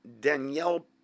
Danielle